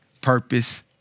purpose